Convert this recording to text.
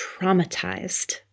traumatized